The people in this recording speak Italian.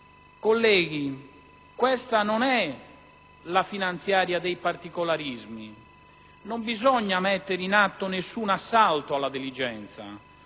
Colleghi, questa non è la finanziaria dei particolarismi, non bisogna mettere in atto nessun «assalto alla diligenza»,